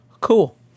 cool